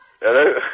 Hello